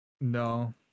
No